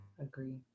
agree